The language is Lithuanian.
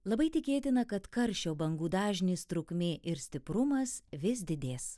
labai tikėtina kad karščio bangų dažnis trukmė ir stiprumas vis didės